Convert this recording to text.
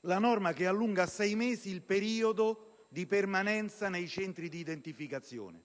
la norma che allunga a sei mesi il periodo di permanenza nei centri di identificazione.